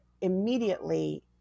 immediately